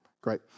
Great